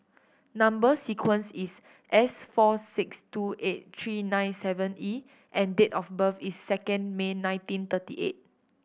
number sequence is S four six two eight three nine seven E and date of birth is second May nineteen thirty eight